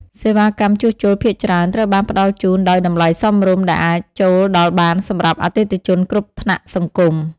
សេវាកម្មជួសជុលភាគច្រើនត្រូវបានផ្តល់ជូនដោយតម្លៃសមរម្យ ដែលអាចចូលដល់បានសម្រាប់អតិថិជនគ្រប់ថ្នាក់សង្គម។